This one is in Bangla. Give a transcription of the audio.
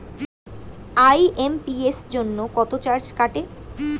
আই.এম.পি.এস জন্য কত চার্জ কাটে?